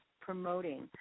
promoting